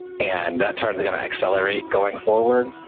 and that turn's going to accelerate going forward.